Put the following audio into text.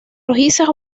rojizas